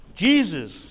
Jesus